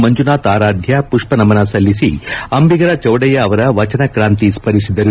ಮಂಜುನಾಥ್ ಆರಾಧ್ಯ ಪುಷ್ಪನಮನ ಸಲ್ಲಿಸಿ ಅಂಬಿಗರ ಚೌಡಯ್ಯ ಅವರ ವಚನಕ್ರಾಂತಿ ಸ್ತರಿಸಿದರು